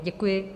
Děkuji.